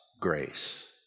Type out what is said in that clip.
grace